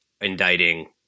indicting